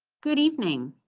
good evening.